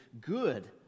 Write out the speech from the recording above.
good